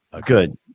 Good